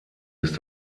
ist